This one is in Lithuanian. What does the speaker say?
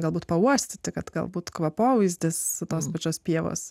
galbūt pauostyti kad galbūt tos pačios pievos